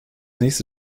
nächste